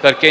perché